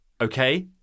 okay